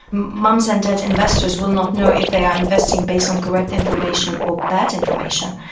mum-and-dad investors will not know if they are investing based on correct information or bad information,